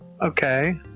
Okay